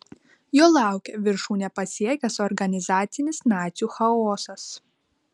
jo laukė viršūnę pasiekęs organizacinis nacių chaosas